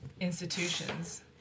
institutions